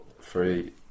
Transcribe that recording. three